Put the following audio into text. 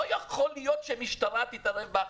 לא יכול להיות שהמשטרה תתערב באכיפה.